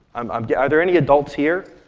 um yeah are there any adults here?